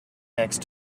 next